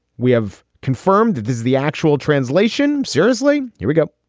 we have confirmed this. the actual translation. seriously? here we go